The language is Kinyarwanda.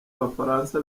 abafaransa